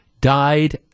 died